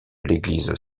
l’église